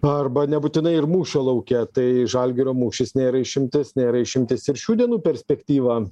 arba nebūtinai ir mūšio lauke tai žalgirio mūšis nėra išimtis nėra išimtis ir šių dienų perspektyva